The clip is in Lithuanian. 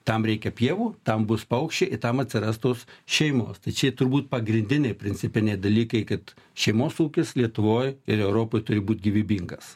tam reikia pievų tam bus paukščiai ir tam atsiras tos šeimos tai čia turbūt pagrindiniai principiniai dalykai kad šeimos ūkis lietuvoj ir europoj turi būt gyvybingas